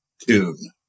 tune